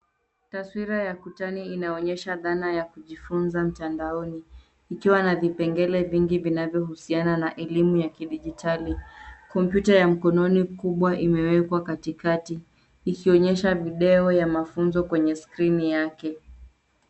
Taswira ya pichani inaonyesha dhana ya kujifunza mitandaoni ikiwa na vipengele vingi vinavyohusiana na elimu ya kidijitali. Kompyuta ya mkononi kubwa imewekwa katikati ikionyesha video ya mafunzo kwenye skrini yake.